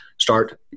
start